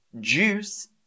juice